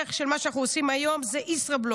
ההמשך של מה שאנחנו עושים היום, זה ישראבלוף,